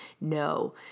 no